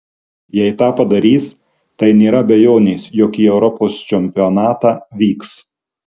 jei tą padarys tai nėra abejonės jog į europos čempionatą vyks